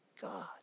God